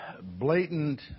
blatant